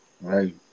Right